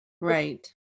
right